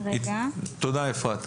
תודה, אפרת.